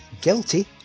guilty